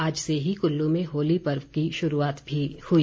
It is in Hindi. आज से ही कुल्लू में होली पर्व की शुरूआत भी हुई